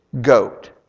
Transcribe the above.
goat